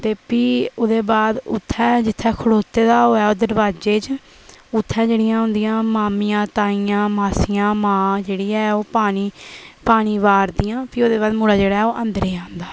ते फ्ही ओह्दे बाद उत्थै जित्थै खड़ोते दा होवे ओह् दरवाजे च उत्थै जेह्ड़ियां उन्दियां मामियां ताईयां मासियां मां जेह्ड़ी ऐ ओह् पानी पानी बारदियां फ्ही ओह्दे बाद मुड़ा जेह्ड़ा ओह् अंदरै आंदा